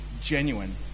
genuine